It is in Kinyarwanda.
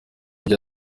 ibyo